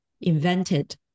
invented